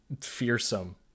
fearsome